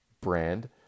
brand